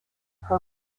her